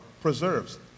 preserves